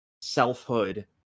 selfhood